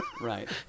Right